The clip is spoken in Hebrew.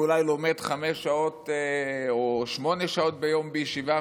ואולי לומד חמש שעות או שמונה שעות ביום בישיבה,